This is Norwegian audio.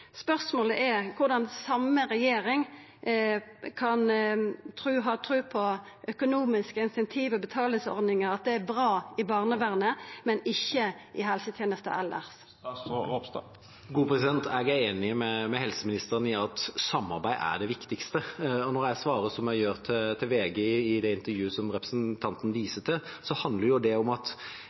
Spørsmålet er korleis den same regjeringa kan ha tru på at økonomiske incentiv og betalingsordningar er bra i barnevernet, men ikkje i helsetenesta elles. Jeg er enig med helseministeren i at samarbeid er det viktigste. Når jeg svarer som jeg gjør til VG i det intervjuet representanten viser til, handler det om at